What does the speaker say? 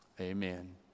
Amen